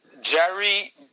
Jerry